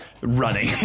running